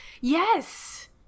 Yes